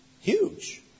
Huge